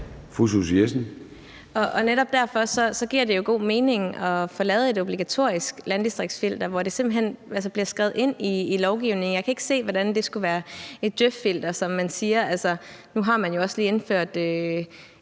Susie Jessen (DD): Netop derfor giver det jo god mening at få lavet et obligatorisk landdistriktsfilter, hvor det simpelt hen bliver skrevet ind i lovgivningen. Jeg kan ikke se, hvordan det skulle være et djøf-filter, som man siger. Nu har man jo også lige indført